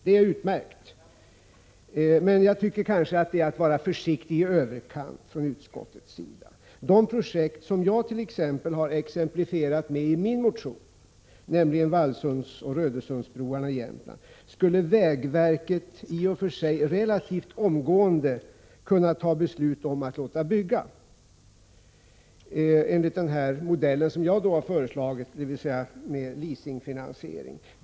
Detta är utmärkt, men jag tycker kanske det är att vara försiktig i överkant från utskottets sida. De projekt som jag har exemplifierat med i min motion, nämligen Vallsundsoch Rödösundsbroarna i Jämtland, skulle vägverket i och för sig relativt omgående kunna ta beslut om att låta bygga enligt den modell som jag föreslagit, dvs. leasingfinansiering.